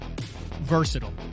versatile